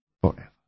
forever